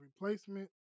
replacement